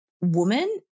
woman